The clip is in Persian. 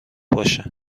باشه